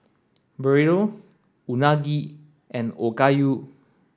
Burrito Unagi and Okayu